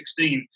2016